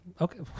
Okay